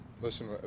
Listen